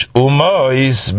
umois